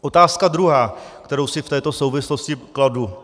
Otázka druhá, kterou si v této souvislosti kladu.